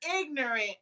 ignorant